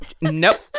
nope